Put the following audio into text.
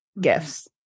gifts